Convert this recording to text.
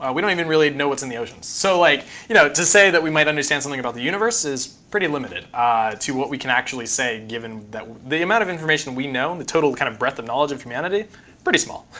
ah we don't even really know what's in the oceans. so like you know to say that we might understand something about the universe is pretty limited to what we can actually say given that the amount of information we know, and the total kind of breadth of knowledge of humanity pretty small